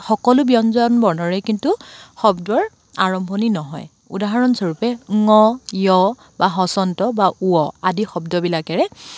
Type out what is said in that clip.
সকলো ব্যঞ্জন বৰ্ণৰে কিন্তু শব্দৰ আৰম্ভণি নহয় উদাহৰণ স্বৰূপে ঙ য় বা হচন্ত বা ৱ আদি শব্দবিলাকেৰে